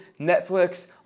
Netflix